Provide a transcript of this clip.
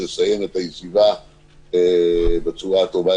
לסיים את הישיבה בצורה טובה,